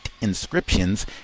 inscriptions